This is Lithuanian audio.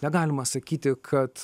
negalima sakyti kad